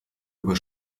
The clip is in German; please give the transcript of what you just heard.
über